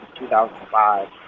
2005